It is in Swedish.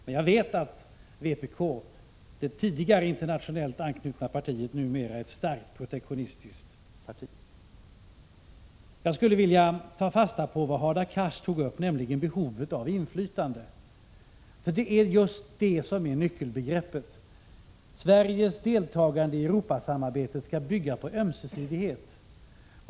Men jag vet att vpk, det tidigare internationellt anknutna partiet, numera är ett starkt protektionistiskt parti. Jag skulle vilja ta fasta på vad Hadar Cars tog upp, nämligen behovet av inflytande, för det är just det som är nyckelbegreppet. Sveriges deltagande i Europasamarbetet skall bygga på ömsesidighet.